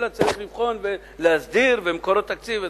אלא צריך לבחון ולהסדיר ומקור תקציב וכו'.